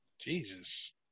Jesus